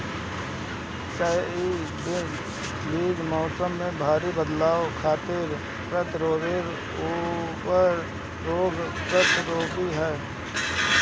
hybrid बीज मौसम में भारी बदलाव खातिर प्रतिरोधी आउर रोग प्रतिरोधी ह